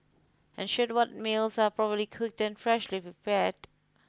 ensure what meals are properly cooked and freshly prepared